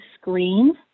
screen